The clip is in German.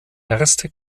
erste